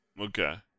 Okay